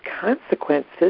consequences